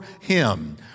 him